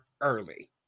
early